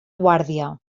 guàrdia